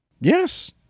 Yes